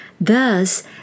Thus